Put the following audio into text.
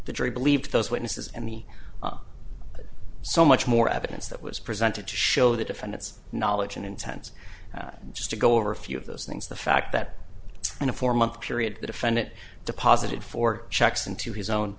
the jury believed those witnesses and the so much more evidence that was presented to show the defendant's knowledge and intends just to go over a few of those things the fact that in a four month period to defend it deposited four checks into his own